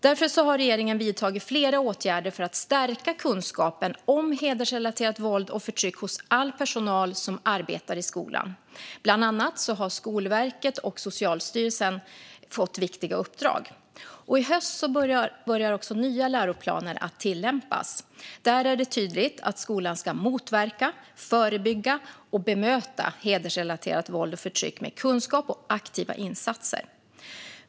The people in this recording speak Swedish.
Därför har regeringen vidtagit flera åtgärder för att stärka kunskapen om hedersrelaterat våld och förtryck hos all personal som arbetar i skolan. Bland annat har Skolverket och Socialstyrelsen fått viktiga uppdrag. I höst börjar också nya läroplaner att tillämpas. Där är det tydligt att skolan ska motverka, förebygga och bemöta hedersrelaterat våld och förtryck med kunskap och aktiva insatser.